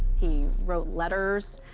he wrote letters,